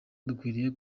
dukwiriye